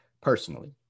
personally